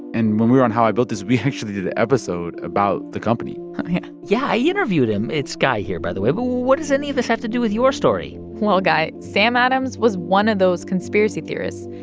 and when we were on how i built this, we actually did the episode about the company yeah, yeah i interviewed him. it's guy here, by the way. but what does any of this have to do with your story? well, guy, sam adams was one of those conspiracy theorists.